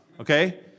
okay